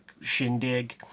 shindig